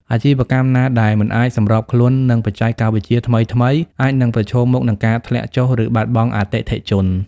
អាជីវកម្មណាដែលមិនអាចសម្របខ្លួននឹងបច្ចេកវិទ្យាថ្មីៗ អាចនឹងប្រឈមមុខនឹងការធ្លាក់ចុះ ឬបាត់បង់អតិថិជន។